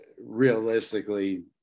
realistically